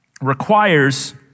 requires